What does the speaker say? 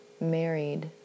married